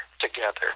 together